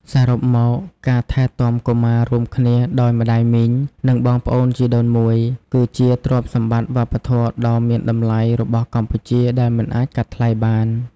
សរុបមក ការថែទាំកុមាររួមគ្នាដោយម្ដាយមីង និងបងប្អូនជីដូនមួយ គឺជាទ្រព្យសម្បត្តិវប្បធម៌ដ៏មានតម្លៃរបស់កម្ពុជាដែលមិនអាចកាត់ថ្លៃបាន។